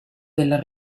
della